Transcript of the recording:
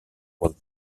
would